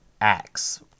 Acts